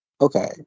Okay